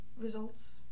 results